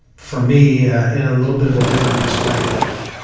for me in a little bit of a different perspective.